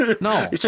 No